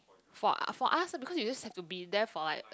for for us because you just have to be there for like